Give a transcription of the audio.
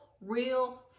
real